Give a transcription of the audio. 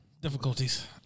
difficulties